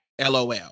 LOL